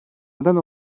neden